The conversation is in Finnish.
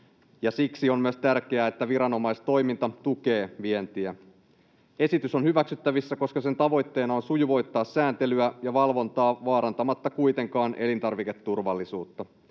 siksi on myös tärkeää, että viranomaistoiminta tukee vientiä. Esitys on hyväksyttävissä, koska sen tavoitteena on sujuvoittaa sääntelyä ja valvontaa vaarantamatta kuitenkaan elintarviketurvallisuutta.